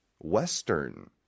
Western